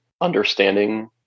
understanding